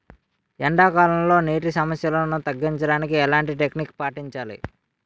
ఎండా కాలంలో, నీటి సమస్యలను తగ్గించడానికి ఎలాంటి టెక్నిక్ పాటించాలి?